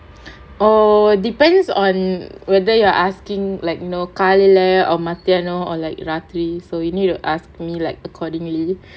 oh depend on whether you are asking like you know காலையில:kalaiyila or மத்தியானம்:mathiyaanam or like ராத்திரி:raathiri so you need to ask me like accordingly